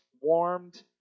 warmed